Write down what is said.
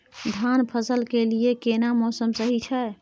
धान फसल के लिये केना मौसम सही छै?